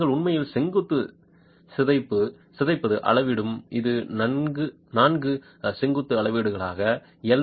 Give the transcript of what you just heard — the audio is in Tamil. நீங்கள் உண்மையில் செங்குத்து சிதைப்பது அளவிடும் இது நான்கு செங்குத்து அளவீடுகளாக எல்